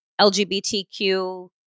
LGBTQ